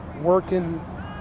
working